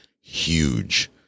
huge